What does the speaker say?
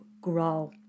grow